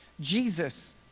Jesus